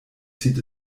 zieht